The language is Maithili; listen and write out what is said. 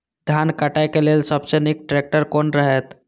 धान काटय के लेल सबसे नीक ट्रैक्टर कोन रहैत?